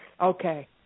Okay